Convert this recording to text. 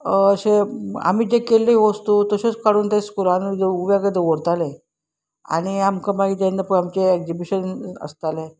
अशें आमी जे केल्ले वस्तू तश्योच काडून ते स्कुलान वेगळें दवरताले आनी आमकां मागीर जेन्ना पळय आमचें एगक्जिबिशन आसतालें